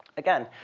again,